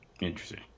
Interesting